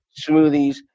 smoothies